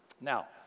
Now